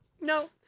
no